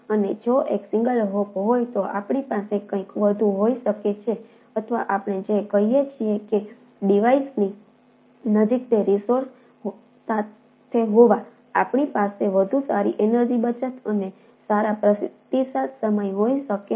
અને જો એક સિંગલ હોપ બચત અને સારા પ્રતિસાદ સમય હોઈ શકે છે